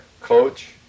coach